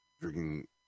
Drinking